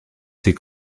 ses